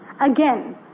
again